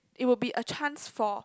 it will a chance for